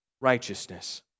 righteousness